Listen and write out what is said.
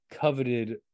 coveted